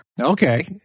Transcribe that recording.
Okay